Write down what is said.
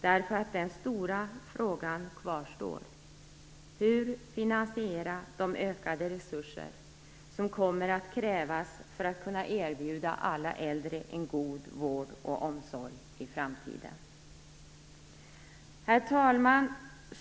Den stora frågan kvarstår: Hur finansiera de ökade resurser som kommer att krävas för att man skall kunna erbjuda alla äldre en god vård och omsorg i framtiden? Herr talman!